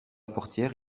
portière